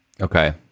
Okay